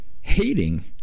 hating